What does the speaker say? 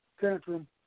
tantrum